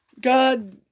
God